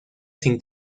sin